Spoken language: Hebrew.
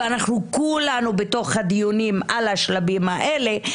וכולנו בדיונים על השלבים האלה.